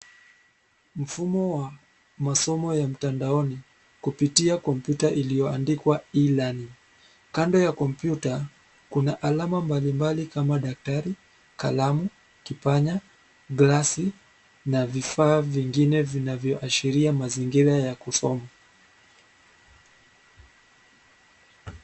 Mfumo wa masomo ya mtandaoni kupitia kompyuta iliyoandikwa {cs}E-learning{cs}. Kando ya kompyuta kuna alama mbalimbali kama daktari , kalamu ,kipanya, glasi na vifaa vingine vinavyoashiria mazingira ya kusoma.